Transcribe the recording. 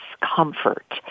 discomfort